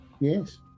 Yes